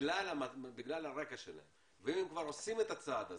בגלל הרקע שלהם, ואם הם כבר עושים את הצעד הזה,